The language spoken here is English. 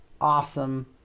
awesome